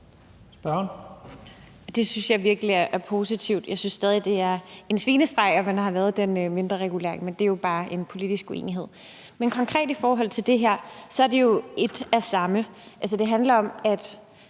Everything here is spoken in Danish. Det synes jeg virkelig er positivt. Jeg synes stadig, det er en svinestreg, at man har lavet den mindreregulering, men det er jo bare en politisk uenighed. Men konkret i forhold til det her er det jo et og samme. Det handler om, at